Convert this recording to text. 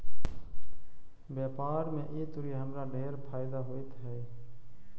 व्यापार में ई तुरी हमरा ढेर फयदा होइत हई